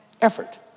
Effort